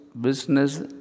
business